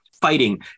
fighting